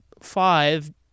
five